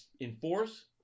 Enforce